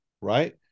Right